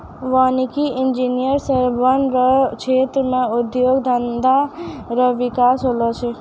वानिकी इंजीनियर से वन रो क्षेत्र मे उद्योग धंधा रो बिकास होलो छै